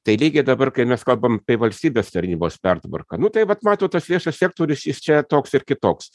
tai lygiai dabar kai mes kalbam apie valstybės tarnybos pertvarką nu tai vat matot tas viešas sektorius jis čia toks ir kitoks